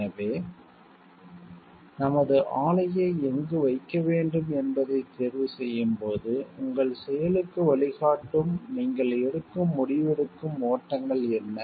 எனவே நமது ஆலையை எங்கு வைக்க வேண்டும் என்பதைத் தேர்வுசெய்யும்போது உங்கள் செயலுக்கு வழிகாட்டும் நீங்கள் எடுக்கும் முடிவெடுக்கும் ஓட்டங்கள் என்ன